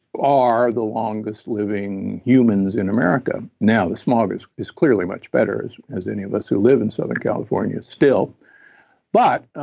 are the longest living humans in america now, the smog is is clearly much better as any of us who live in southern california, still but,